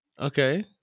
Okay